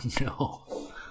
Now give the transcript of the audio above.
no